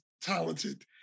talented